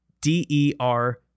D-E-R